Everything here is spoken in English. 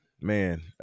man